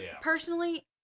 Personally